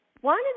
One